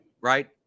Right